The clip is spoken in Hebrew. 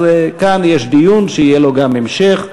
אז כאן יש דיון שיהיה לו גם המשך.